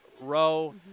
row